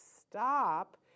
stop